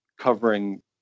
covering